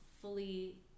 fully